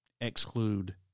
exclude